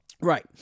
Right